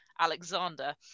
Alexander